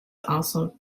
also